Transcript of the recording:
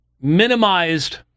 minimized